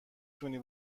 تونی